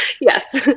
yes